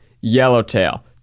yellowtail